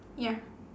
ya